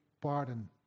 pardon